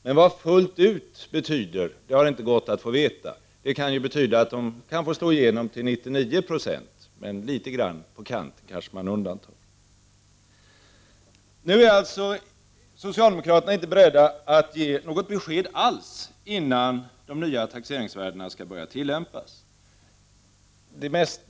Men vad ”fullt ut” betyder har det inte gått att få veta. Det kan ju betyda att de får slå igenom till 99 96. Nu är alltså socialdemokraterna inte beredda att ge något besked innan de nya taxeringsvärdena skall tillämpas.